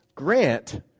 Grant